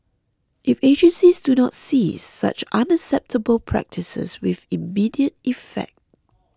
if agencies do not cease such unacceptable practices with immediate effect